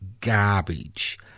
garbage